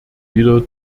wieder